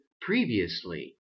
previously